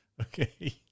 Okay